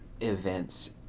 events